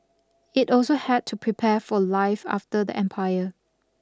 it also had to prepare for life after the empire